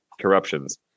corruptions